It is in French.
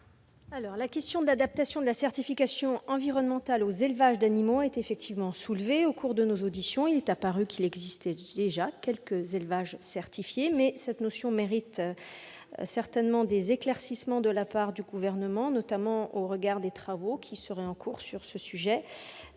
La question de l'adaptation de la certification environnementale aux élevages d'animaux a été soulevée au cours de nos auditions. Il est néanmoins apparu qu'il existait déjà quelques élevages certifiés. Cette notion mérite certainement des éclaircissements de la part du Gouvernement, notamment au regard des travaux qui seraient en cours sur ce sujet.